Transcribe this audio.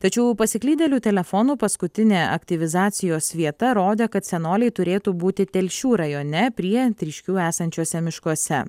tačiau pasiklydėlių telefonų paskutinė aktyvizacijos vieta rodė kad senoliai turėtų būti telšių rajone prie tryškių esančiuose miškuose